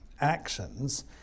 actions